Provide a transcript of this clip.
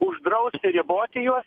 uždrausti riboti juos